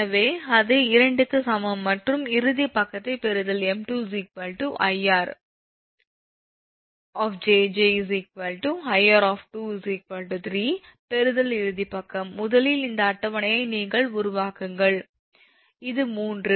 எனவே அது 2 க்கு சமம் மற்றும் இறுதிப் பக்கத்தைப் பெறுதல் 𝑚2 𝐼𝑅 𝑗𝑗 𝐼𝑅 3 பெறுதல் இறுதிப் பக்கம் முதலில் இந்த அட்டவணையை நீங்களே உருவாக்குங்கள் இது 3